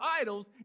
idols